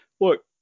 Look